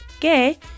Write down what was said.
gay